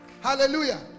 Hallelujah